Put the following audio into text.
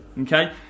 Okay